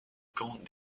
camp